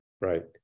right